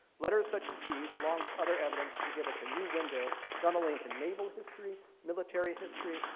letters such as these along with other evidence can give us a new window not only into naval history, military history,